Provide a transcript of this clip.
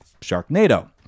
Sharknado